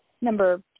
number